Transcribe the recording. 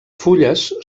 fulles